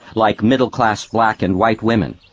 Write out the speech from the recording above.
like middle class black and white women.